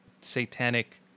satanic